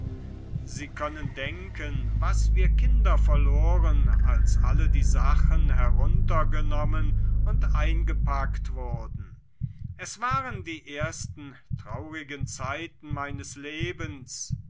sie können denken was wir kinder verloren als alle die sachen heruntergenommen und eingepackt wurden es waren die ersten traurigen zeiten meines lebens